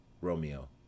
Romeo